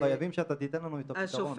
אנחנו חייבים שאתה תיתן לנו את הפתרון.